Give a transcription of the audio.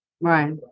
right